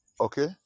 Okay